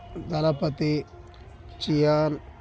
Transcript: Thalapathy Chiyaan